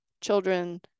children